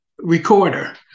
recorder